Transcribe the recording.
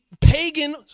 pagan